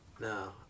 No